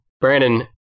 Brandon